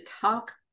talk